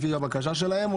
לפי הבקשה שלהם?